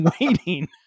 waiting